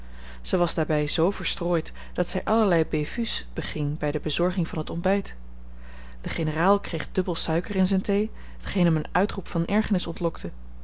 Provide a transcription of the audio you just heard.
zij was daarbij zoo verstrooid dat zij allerlei bévues beging bij de bezorging van het ontbijt de generaal kreeg dubbel suiker in zijne thee t geen hem een uitroep van ergernis ontlokte